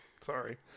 Sorry